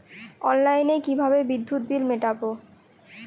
অনলাইনে কিভাবে বিদ্যুৎ বিল মেটাবো?